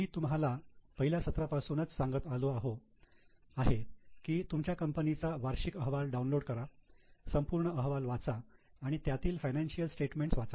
मी तुम्हाला पहिल्या सत्रापासूनच सांगत आलेलो आहे की तुमच्या कंपनीचा वार्षिक अहवाल डाऊनलोड करा संपूर्ण अहवाल वाचा आणि त्यातील फायनान्शिअल स्टेटमेंट वाचा